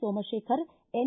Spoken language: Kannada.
ಸೋಮಶೇಖರ್ ಎನ್